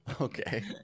okay